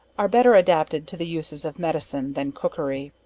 are better adapted to the uses of medicine than cookery.